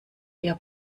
eher